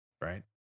right